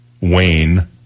Wayne